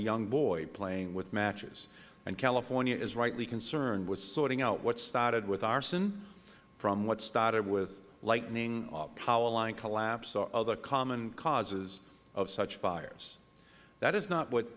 young boy playing with matches and california is rightly concerned with sorting out what started with arson from what started with lightning or power line collapse or other common causes of such fires that is not what